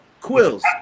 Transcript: Quills